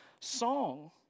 song